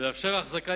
ולאפשר החזקה,